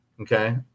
Okay